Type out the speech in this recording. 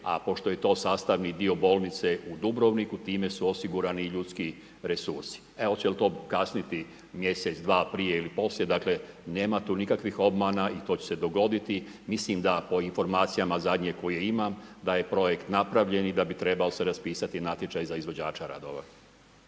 A pošto je to sastavni dio bolnice u Dubrovniku time su osigurani i resursi. E hoće li to kasniti mjesec, dva prije ili poslije, dakle, nema tu nikakvih obmana i to će se dogoditi. Mislim da po informacijama zadnje koje imam da je projekt napravljen i da bi se trebao raspisati natječaj za izvođača radova.